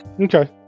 okay